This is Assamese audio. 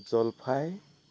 জলফাই